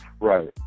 Right